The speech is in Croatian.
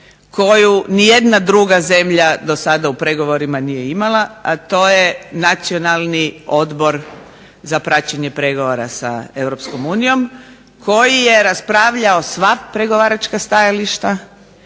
koju ni jedna druga zemlja do sada u pregovorima nije imala a to je nacionalni Odbor za praćenje pregovora sa Europskom unijom koji je raspravljao sva pregovaračka stajališta,